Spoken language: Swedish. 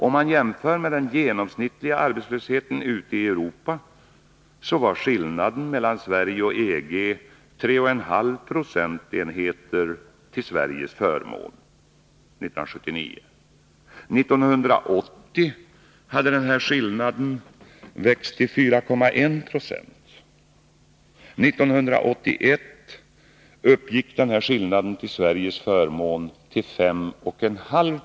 Om man jämför med den genomsnittliga arbetslösheten ute i Europa, finner man att skillnaden mellan Sverige och EG 1979 var 3,5 procentenheter till Sveriges förmån. 1980 hade skillnaden växt till 4,1 96. 1981 uppgick denna skillnad till Sveriges förmån till 5,5 90.